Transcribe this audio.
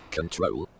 control